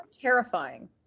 terrifying